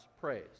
praise